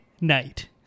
night